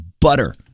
butter